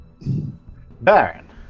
Baron